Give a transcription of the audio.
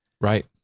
right